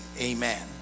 amen